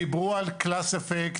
דיברו על class effect,